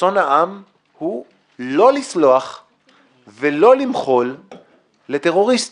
רצון העם הוא לא לסלוח ולא למחול לטרוריסטים.